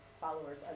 followers